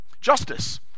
justice